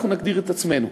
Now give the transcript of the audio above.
אנחנו נגדיר את עצמנו.